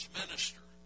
minister